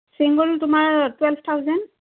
single তোমাৰ twelve thousand